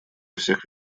всех